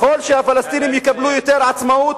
ככל שהפלסטינים יקבלו יותר עצמאות,